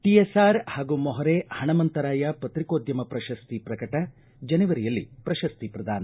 ಟೀಯೆಸ್ಲಾರ್ ಹಾಗೂ ಮೊಹರೆ ಪಣಮಂತರಾಯ ಪತ್ರಿಕೋದ್ಯಮ ಪ್ರಶಸ್ತಿ ಪ್ರಕಟ ಜನವರಿಯಲ್ಲಿ ಪ್ರಶಸ್ತಿ ಪ್ರದಾನ